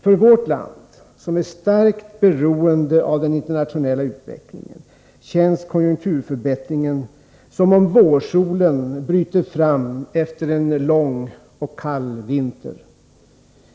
För vårt land, som är starkt beroende av den internationella utvecklingen, känns konjunkturförbättringen som om vårsolen bryter fram efter en lång och kall vinter.